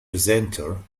presenter